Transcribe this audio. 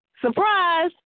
Surprise